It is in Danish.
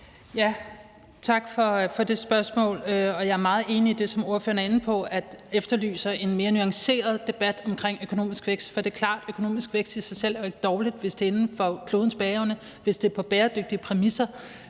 Tak for det spørgsmål, og jeg er meget enig i det, som ordføreren er inde på, altså at man efterlyser en mere nuanceret debat omkring økonomisk vækst. For det er klart, at økonomisk vækst i sig selv ikke er dårligt, hvis det er inden for klodens bæreevne, og hvis det er på bæredygtige præmisser.